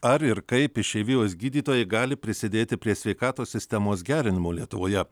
ar ir kaip išeivijos gydytojai gali prisidėti prie sveikatos sistemos gerinimo lietuvoje